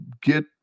get